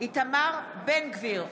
איתמר בן גביר,